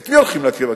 את מי הולכים להכות?